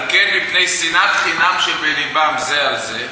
על כן, מפני שנאת חינם שבלבם זה על זה,